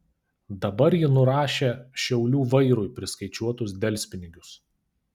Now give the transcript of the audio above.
dabar ji nurašė šiaulių vairui priskaičiuotus delspinigius